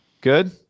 Good